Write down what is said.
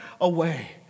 away